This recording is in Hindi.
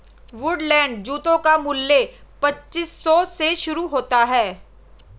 वुडलैंड जूतों का मूल्य पच्चीस सौ से शुरू होता है